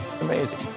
Amazing